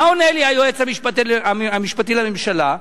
מה עונה לי היועץ המשפטי לממשלה?